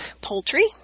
poultry